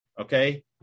okay